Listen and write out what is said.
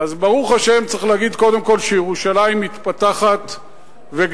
אז ברוך השם צריך להגיד קודם כול שירושלים מתפתחת וגדלה,